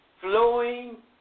flowing